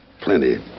plenty